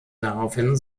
daraufhin